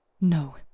no